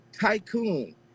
tycoon